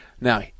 Now